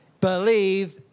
believe